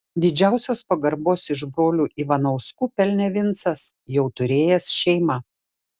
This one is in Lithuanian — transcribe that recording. didžiausios pagarbos iš brolių ivanauskų pelnė vincas jau turėjęs šeimą